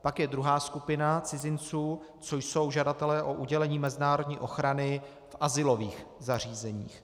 Pak je druhá skupina cizinců, což jsou žadatelé o udělení mezinárodní ochrany v azylových zařízeních.